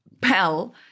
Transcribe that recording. Pell